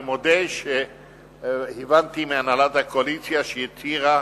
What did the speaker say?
אני מודה שהבנתי מהנהלת הקואליציה שהיא התירה